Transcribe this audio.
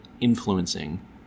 influencing